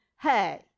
hey